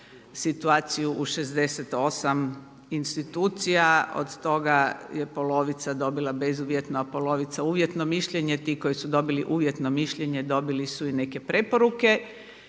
situaciju u 68 institucija od toga je polovica dobila bezuvjetno, a polovica uvjetno mišljenje, ti koji su dobili uvjetno mišljenje dobili su i neke preporuke